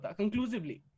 conclusively